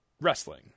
wrestling